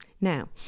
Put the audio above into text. Now